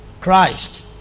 Christ